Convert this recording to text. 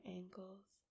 ankles